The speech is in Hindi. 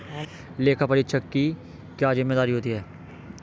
लेखापरीक्षक की क्या जिम्मेदारी होती है?